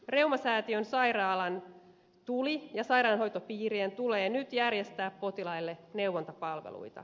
reumasäätiön sairaalan tuli ja sairaanhoitopiirien tulee nyt järjestää potilaille neuvontapalveluita